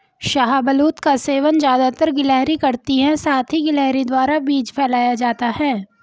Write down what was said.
शाहबलूत का सेवन ज़्यादातर गिलहरी करती है साथ ही गिलहरी द्वारा बीज फैलाया जाता है